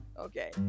Okay